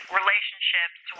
relationships